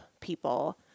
people